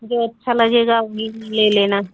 जो अच्छा लगेगा वही ले लेना